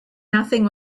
nothing